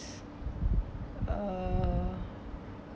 uh